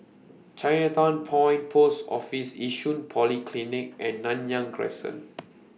Chinatown Point Post Office Yishun Polyclinic and Nanyang Crescent